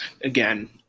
again